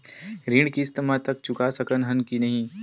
ऋण किस्त मा तक चुका सकत हन कि नहीं?